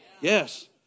Yes